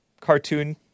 cartoon